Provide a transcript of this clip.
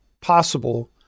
possible